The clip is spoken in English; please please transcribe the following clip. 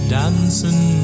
dancing